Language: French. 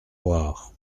loire